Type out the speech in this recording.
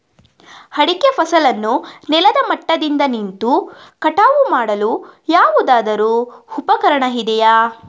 ಅಡಿಕೆ ಫಸಲನ್ನು ನೆಲದ ಮಟ್ಟದಿಂದ ನಿಂತು ಕಟಾವು ಮಾಡಲು ಯಾವುದಾದರು ಉಪಕರಣ ಇದೆಯಾ?